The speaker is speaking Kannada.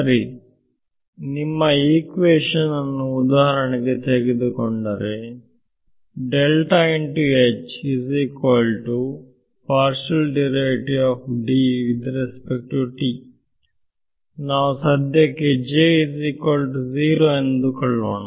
ಸರಿ ನಿಮ್ಮ ಇಕ್ವೇಶನ್ ಅನ್ನು ಉದಾಹರಣೆಗೆ ತೆಗೆದುಕೊಳ್ಳೋಣ ನಾವು ಸದ್ಯಕ್ಕೆ J0 ಎಂದು ಅಂದುಕೊಳ್ಳೋಣ